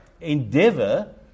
endeavor